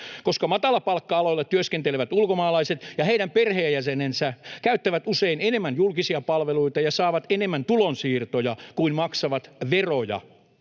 Koska matalapalkka-aloilla työskentelevät ulkomaalaiset ja heidän perheenjäsenensä käyttävät usein enemmän julkisia palveluita ja saavat enemmän tulonsiirtoja kuin maksavat veroja,